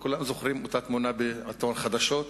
וכולם זוכרים אותה תמונה בעיתון "חדשות"